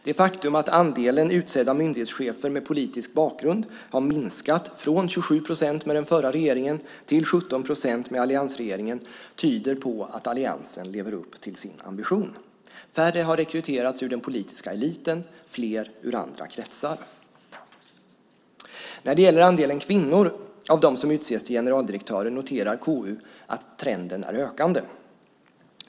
Det faktum att andelen utsedda myndighetschefer med politisk bakgrund har minskat från 27 procent med den förra regeringen till 17 procent med alliansregeringen tyder på att alliansen lever upp till sin ambition. Färre har rekryterats ur den politiska eliten, fler ur andra kretsar. När det gäller andelen kvinnor av dem som utses till generaldirektörer noterar KU att trenden är ökande.